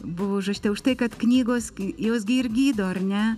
buvo užrašyta už tai kad knygos jos gi ir gydo ar ne